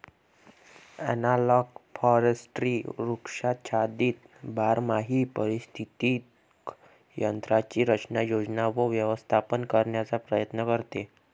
analogue forestry वृक्षाच्छादित बारमाही पारिस्थितिक तंत्रांची रचना, योजना व व्यवस्थापन करण्याचा प्रयत्न करते